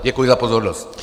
Děkuji za pozornost.